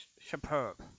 superb